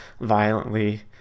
violently